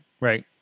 Right